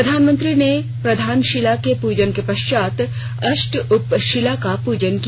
प्रधानमंत्री ने प्रधानशीला के प्रजन के पश्चात अष्टउपशीला का प्रजन किया